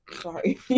Sorry